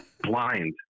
blind